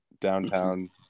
downtown